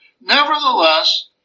Nevertheless